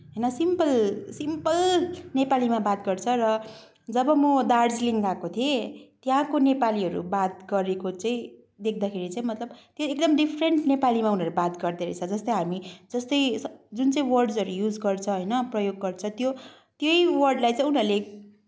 होइन simple simple नेपालीमा बात गर्छ र जब म दार्जिलिङ गएको थिएँ त्यहाँको नेपालीहरू बात गरेको चाहिँ देख्दाखेरि चाहिँ मतलब एकदम डिफरेन्ट नेपालीमा उनीहरू बात गर्दो रहेछ जस्तै हामी जस्तै जुन चाहिँ वर्डहरू युज गर्छ होइन प्रयोग गर्छ त्यही वर्डलाई चाहिँ उनीहरूले